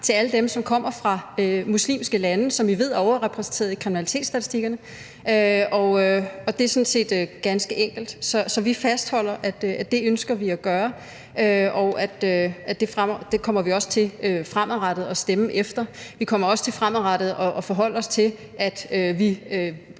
til alle dem, som kommer fra muslimske lande, og som vi ved er overrepræsenteret i kriminalitetsstatistikkerne. Det er sådan set ganske enkelt, så vi fastholder, at det ønsker vi at gøre, og det kommer vi også til fremadrettet at stemme efter. Vi kommer også til fremadrettet at forholde os til, at vi